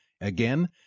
Again